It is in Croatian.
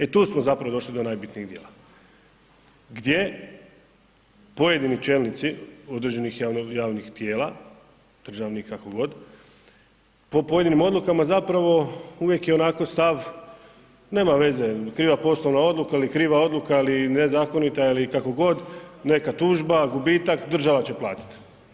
E tu smo zapravo došli do najbitnijeg dijela, gdje pojedini čelnici određenih javnih tijela, državnih, kako god, po pojedinim odlukama zapravo uvijek je onako stav, nema veze, kriva poslovna odluka ili kriva odluka ili nezakonita ili kako god neka tužba, gubitak, država će platiti.